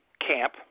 camp